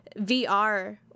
VR